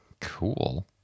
Cool